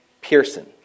Pearson